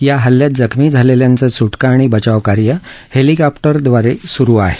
या हल्ल्यात जखमी झालेल्याचं सुटका आणि बचाव कार्य हॅलिकॉप्टर द्वारे सुरु आहे